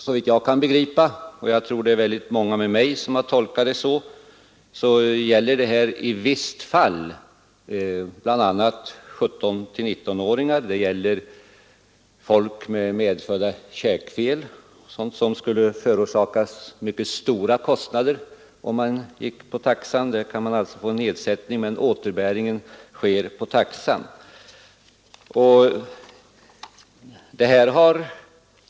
Såvitt jag kan begripa — och jag tror att många med mig har tolkat bestämmelserna så — gäller ”i visst fall” bl.a. 17—19-åringar och t.ex. personer med medfödda käkfel, där behandlingen skulle medföra mycket stora kostnader, om man tillämpade taxan. Återbäringen sker dock enligt taxan.